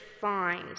Find